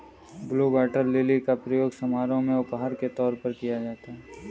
blue water lily का प्रयोग समारोह में उपहार के तौर पर किया जाता है